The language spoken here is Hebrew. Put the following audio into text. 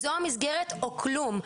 זאת המסגרת או כלום.